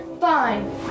Fine